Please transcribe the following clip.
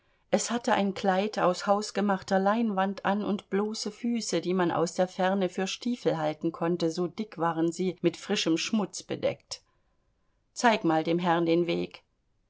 es hatte ein kleid aus hausgemachter leinwand an und bloße füße die man aus der ferne für stiefel halten konnte so dick waren sie mit frischem schmutz bedeckt zeig mal dem herrn den weg